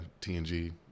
TNG